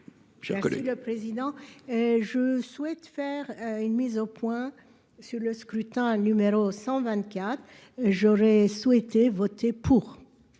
écrit le président. Je souhaite faire une mise au point sur le scrutin numéro 124. J'aurais souhaité voter pour.